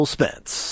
Spence